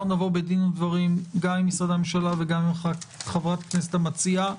נבוא בדין ודברים גם עם משרדי הממשלה וגם עם חברת הכנסת המציעה.